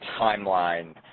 timeline